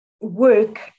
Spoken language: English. work